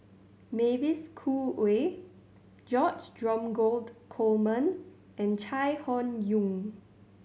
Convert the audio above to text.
Mavis Khoo Oei George Dromgold Coleman and Chai Hon Yoong